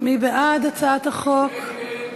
מי בעד הצעת החוק?